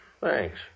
Thanks